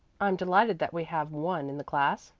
i'm delighted that we have one in the class.